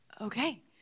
okay